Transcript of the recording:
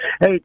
Hey